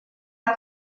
est